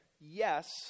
yes